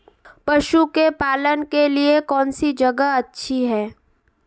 पशुओं के पालन के लिए कौनसी जगह अच्छी है?